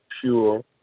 pure